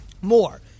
more